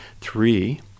Three